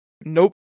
Nope